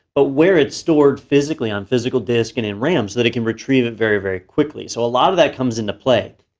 but where it's stored physically, on physical disk, and in ram so that it can retrieve it very, very quickly. so a lot of that comes into play.